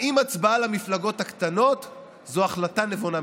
אם הצבעה למפלגות הקטנות זו החלטה נבונה מבחינתו.